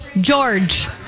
George